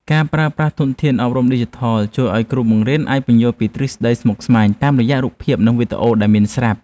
ការប្រើប្រាស់ធនធានអប់រំឌីជីថលជួយឱ្យគ្រូបង្រៀនអាចពន្យល់ពីទ្រឹស្តីស្មុគស្មាញតាមរយៈរូបភាពនិងវីដេអូដែលមានស្រាប់។